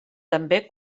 també